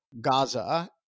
Gaza